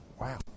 Wow